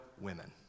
women